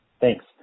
Thanks